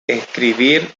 escribir